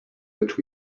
which